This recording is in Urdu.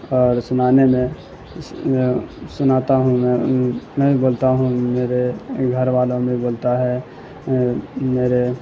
اور سنانے میں سناتا ہوں میں ان میں بھی بولتا ہوں میرے گھر والوں میں بولتا ہے میرے